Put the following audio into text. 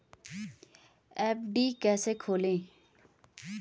FD कैसे खोलें?